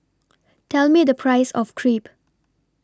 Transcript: Tell Me The Price of Crepe